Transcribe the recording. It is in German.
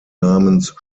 namens